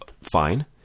fine